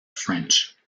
french